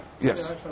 yes